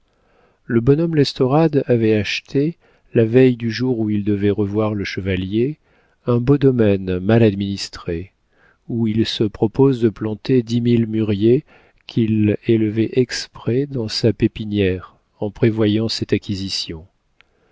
le bonhomme l'estorade avait acheté la veille du jour où il devait revoir le chevalier un beau domaine mal administré où il se propose de planter dix mille mûriers qu'il élevait exprès dans sa pépinière en prévoyant cette acquisition